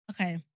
Okay